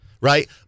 right